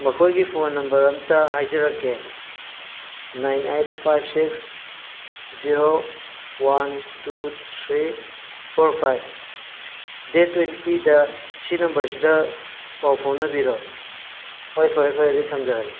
ꯃꯈꯣꯏꯒꯤ phone number ꯑꯝꯇ ꯍꯥꯏꯖꯔꯛꯀꯦ nine eight five six zero one two three four five date ꯇ꯭ꯋꯦꯟꯇꯤꯗ ꯁꯤ ꯅꯝꯕꯔꯁꯤꯗ ꯄꯥꯎ ꯐꯥꯎꯅꯕꯤꯔꯣ ꯍꯣꯏ ꯐꯔꯦ ꯐꯔꯦ ꯑꯗꯨꯗꯤ ꯊꯝꯖꯔꯒꯦ